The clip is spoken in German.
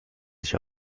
sich